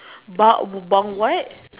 but but what